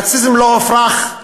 הנאציזם לא הופרך,